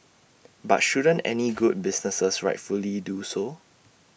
but shouldn't any good businesses rightfully do so